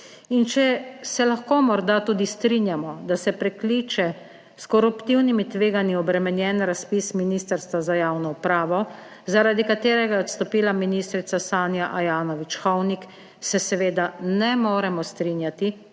če se lahko morda tudi strinjamo, da se prekliče s koruptivnimi tveganji obremenjen razpis Ministrstva za javno upravo, zaradi katerega je odstopila ministrica Sanja Ajanović Hovnik, se seveda ne moremo strinjati,